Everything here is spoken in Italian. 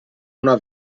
una